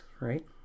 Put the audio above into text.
right